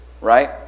right